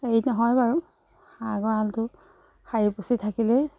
হেৰি নহয় বাৰু হাঁহ গঁৰালটো সাৰি পুচি থাকিলেই